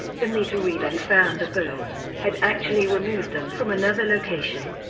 the meter reader who found the bones, had actually removed them from another location,